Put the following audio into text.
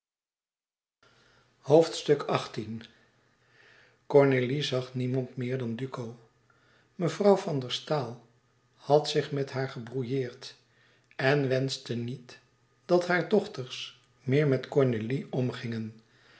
cornélie zag niemand meer dan duco mevrouw van der staal had zich met haar gebrouilleerd eu wenschte niet dat hare dochters meer met cornélie omgingen